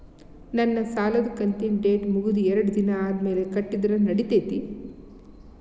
ನನ್ನ ಸಾಲದು ಕಂತಿನ ಡೇಟ್ ಮುಗಿದ ಎರಡು ದಿನ ಆದ್ಮೇಲೆ ಕಟ್ಟಿದರ ನಡಿತೈತಿ?